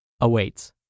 awaits